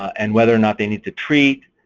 and whether or not they need to treat,